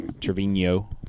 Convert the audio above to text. Trevino